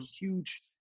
huge